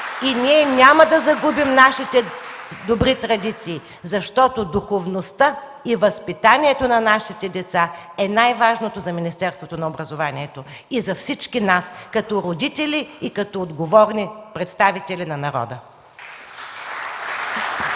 и ние няма да загубим нашите добри традиции, защото духовността и възпитанието на нашите деца е най-важното за Министерството на образованието и за всички нас като родители и като отговорни представители на народа.